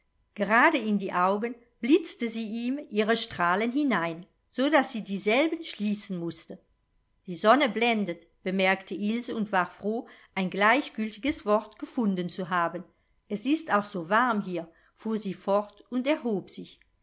gerade in die augen blitzte sie ihm ihre strahlen hinein so daß sie dieselben schließen mußte die sonne blendet bemerkte ilse und war froh ein gleichgültiges wort gefunden zu haben es ist auch so warm hier fuhr sie fort und erhob sich